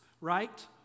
right